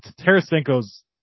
Tarasenko's